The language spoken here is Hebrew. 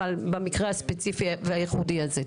אבל במקרה הספציפי והייחודי הזה.